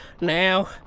Now